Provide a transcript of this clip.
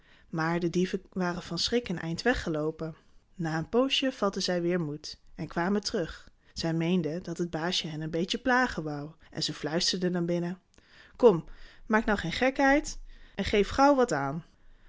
maar de dieven waren van schrik een eind weggeloopen na een poosje vatten zij weer moed en kwamen terug zij meenden dat het baasje hen een beetje plagen wou en ze fluisterden naar binnen kom maak nu geen gekheid en geef gauw wat aan